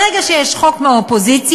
ברגע שיש חוק מהאופוזיציה,